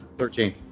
Thirteen